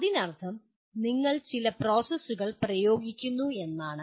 അതിനർത്ഥം നിങ്ങൾ ചില പ്രോസസ്സുകൾ പ്രയോഗിക്കുന്നു എന്നാണ്